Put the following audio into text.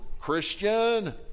Christian